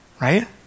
Right